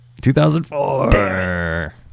2004